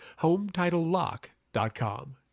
HomeTitleLock.com